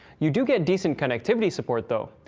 you do get decent connectivity support though.